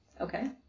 Okay